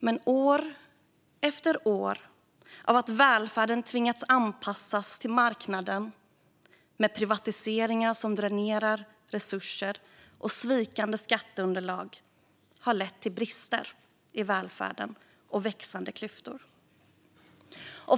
Men år efter år av att välfärden tvingats anpassas till marknaden, med privatiseringar som dränerar resurser och svikande skatteunderlag, har lett till brister i välfärden och växande klyftor.